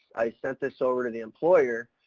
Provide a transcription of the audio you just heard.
i sent this over to the employer,